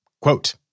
Quote